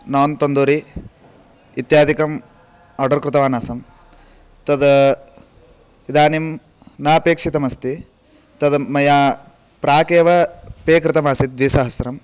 नान् तन्दूरि इत्यादिकम् आर्डर् कृतवान् आसम् तद इदानीं नापेक्षितमस्ति तद् मया प्राक् एव पे कृतम् आसीत् द्विसहस्रम्